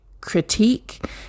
critique